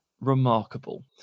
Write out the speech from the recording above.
remarkable